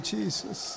Jesus